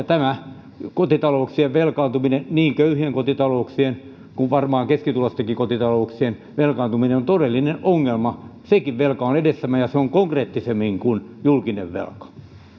tämä kotitalouksien velkaantuminen niin köyhien kotitalouksien kuin varmaan keskituloistenkin kotitalouksien velkaantuminen on todellinen ongelma sekin velka on edessämme ja se on konkreettisemmin kuin julkinen velka